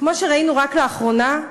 כמו שראינו רק לאחרונה,